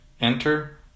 Enter